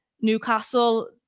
Newcastle